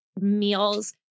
meals